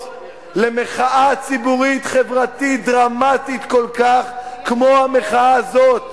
למחאה ציבורית חברתית דרמטית כל כך כמו המחאה הזאת.